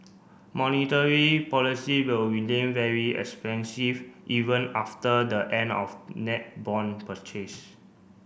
monetary policy will remain very expansive even after the end of net bond purchase